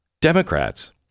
Democrats